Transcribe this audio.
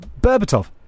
Berbatov